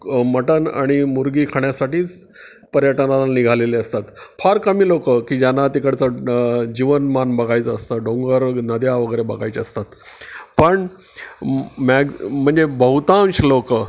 mutton आणि मुर्गी खाण्यासाठीच पर्यटनाला निघालेली असतात फार कमी लोक की ज्यांना तिकडचं जीवनमान बघायचं असतं डोंगर नद्या वगैरे बघायच्या असतात पण मॅग म्हणजे बहुतांश लोक